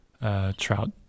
Trout